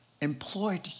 employed